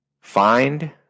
Find